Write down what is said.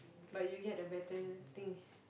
but you'll get a better things